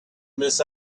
miss